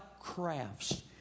crafts